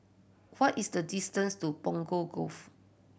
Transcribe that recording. what is the distance to Punggol Cove